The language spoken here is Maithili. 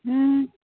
हँ